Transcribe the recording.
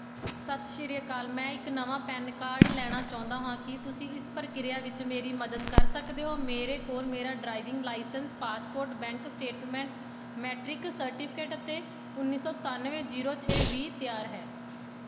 ਸਤਿ ਸ੍ਰੀ ਅਕਾਲ ਮੈਂ ਇੱਕ ਨਵਾਂ ਪੈਨ ਕਾਰਡ ਲੈਣਾ ਚਾਹੁੰਦਾ ਹਾਂ ਕੀ ਤੁਸੀਂ ਇਸ ਪ੍ਰਕਿਰਿਆ ਵਿੱਚ ਮੇਰੀ ਮਦਦ ਕਰ ਸਕਦੇ ਹੋ ਮੇਰੇ ਕੋਲ ਮੇਰਾ driving licence passport bank statement matric certificate ਅਤੇ ਉੱਨੀ ਸੌ ਸਤਾਨਵੇਂ ਜੀਰੋ ਛੇ ਵੀਹ ਤਿਆਰ ਹੈ